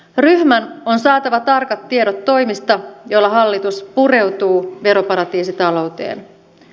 ryhmän on saatava tarkat tiedot toimista joilla hallitus pureutuu veroparatiisitalouteen